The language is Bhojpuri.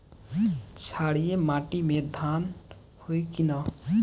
क्षारिय माटी में धान होई की न?